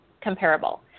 comparable